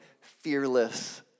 fearless